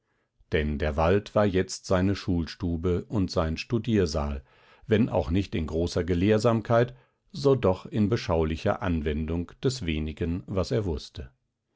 denn der wald war jetzt seine schulstube und sein studiersaal wenn auch nicht in großer gelehrsamkeit so doch in beschaulicher anwendung des wenigen was er wußte